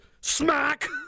Smack